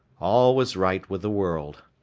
all was right with the world.